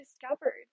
discovered